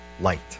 light